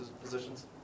positions